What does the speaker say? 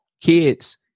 kids